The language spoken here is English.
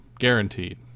guaranteed